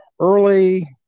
early